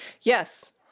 yes